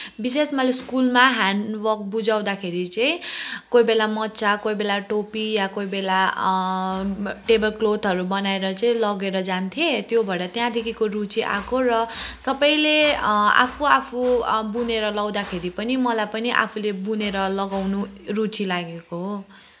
विशेष मैले स्कुलमा ह्यान्डवर्क बुझाउँदाखेरि चाहिँ कोही बेला मोजा कोही बेला टोपी या कोही बेला टेबल क्लोथहरू बनाएर चाहिँ लिएर जान्थेँ त्यही भएर त्यहाँदेखिको रुचि आएको र सबैले आफू आफू बुनेर लगाउँदाखेरि पनि मलाई पनि आफूले बुनेर लगाउनु रुचि लागेको हो